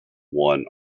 won